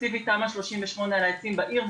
ספציפית תמ"א 38 לעצים בעיר.